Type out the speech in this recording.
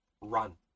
Run